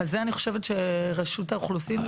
על זה אני חושבת שרשות האוכלוסין תדע להשיב.